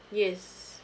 yes